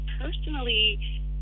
personally